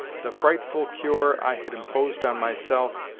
the frightful cure i had imposed on myself,